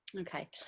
okay